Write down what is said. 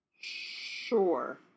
Sure